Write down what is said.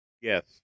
Yes